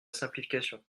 simplification